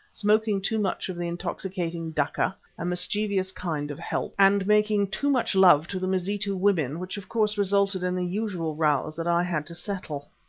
smoking too much of the intoxicating dakka, a mischievous kind of help, and making too much love to the mazitu women, which of course resulted in the usual rows that i had to settle.